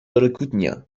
berikutnya